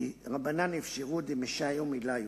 רבנן אפשרו "דמשנו במלייהו",